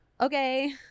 okay